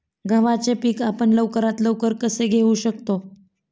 गव्हाचे पीक आपण लवकरात लवकर कसे घेऊ शकतो?